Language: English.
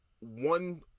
one